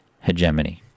hegemony